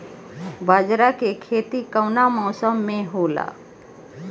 बाजरा के खेती कवना मौसम मे होला?